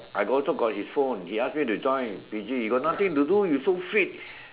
I also got his phone he ask me to join P_G you got nothing to do you so fit